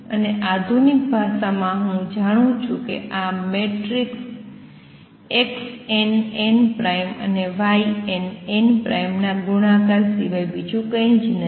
અને આધુનિક ભાષામાં હું જાણું છું કે આ મેટ્રિક્સ Xn n' અને Yn n' ના ગુણાકાર સિવાય કંઈ નથી